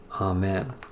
Amen